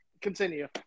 continue